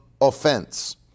offense